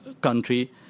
country